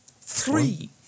three